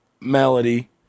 melody